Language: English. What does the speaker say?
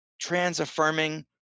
trans-affirming